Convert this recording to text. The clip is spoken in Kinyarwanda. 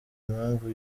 impamvu